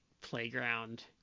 Playground